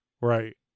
Right